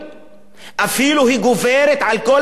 והיא אפילו גוברת על כל הכלכלות באירופה.